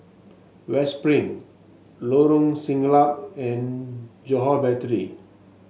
West Spring Lorong Siglap and Johore Battery